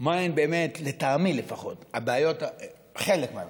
מהן באמת, לטעמי לפחות, חלק מהבעיות.